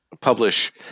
publish